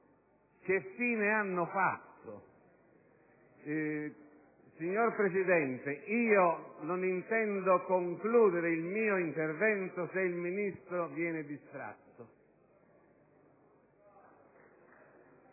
Che fine hanno fatto? Signora Presidente, non intendo concludere il mio intervento se il Ministro viene distratto.